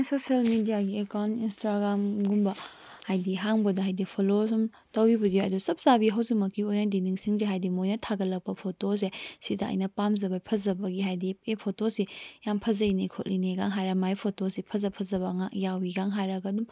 social ꯃꯤꯗꯤꯌꯥꯒꯤ account ꯏꯟꯁꯇꯥ꯭ꯔꯥꯒꯥꯝꯒꯨꯝꯕ ꯍꯥꯏꯕꯗꯤ ꯍꯥꯡꯕꯗ ꯍꯥꯏꯕꯗꯤ ꯐꯣꯂꯣ ꯑꯁꯨꯝ ꯇꯧꯈꯤꯕꯒꯤ ꯑꯗꯨ ꯆꯞ ꯆꯥꯕꯤ ꯍꯧꯖꯤꯛꯃꯛꯀꯤ ꯑꯣꯏꯅꯗꯤ ꯅꯤꯡꯁꯤꯡꯗ꯭ꯔꯦ ꯍꯥꯏꯕꯗꯤ ꯃꯣꯏꯅ ꯊꯥꯒꯠꯂꯛꯄ ꯐꯣꯇꯣꯁꯦ ꯑꯁꯤꯗ ꯑꯩꯅ ꯄꯥꯝꯖꯕ ꯐꯖꯕꯒꯤ ꯍꯥꯏꯕꯗꯤ ꯑꯦ ꯐꯣꯇꯣꯁꯦ ꯌꯥꯝꯅ ꯐꯖꯩꯅꯦ ꯈꯣꯠꯂꯤꯅꯦꯒ ꯍꯥꯏꯔꯒ ꯃꯥꯒꯤ ꯐꯣꯇꯣꯁꯦ ꯐꯖ ꯐꯖꯕ ꯉꯥꯛ ꯌꯥꯎꯏꯒ ꯍꯥꯏꯔꯒ